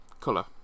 color